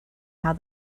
how